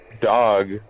dog